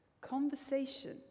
Conversation